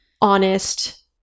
honest